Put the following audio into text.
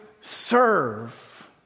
serve